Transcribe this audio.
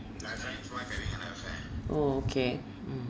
okay mm